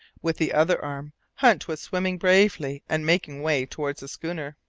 with the other arm hunt was swimming bravely and making way towards the schooner.